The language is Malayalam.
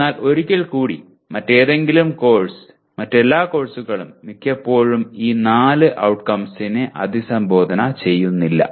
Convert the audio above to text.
എന്നാൽ ഒരിക്കൽ കൂടി മറ്റേതെങ്കിലും കോഴ്സ് മറ്റെല്ലാ കോഴ്സുകളും മിക്കപ്പോഴും ഈ നാല് ഔട്ട്കംസിനെ അഭിസംബോധന ചെയ്യുന്നില്ല